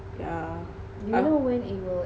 yeah ah